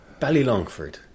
Ballylongford